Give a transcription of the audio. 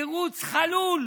תירוץ חלול